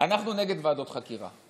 אנחנו נגד ועדות חקירה,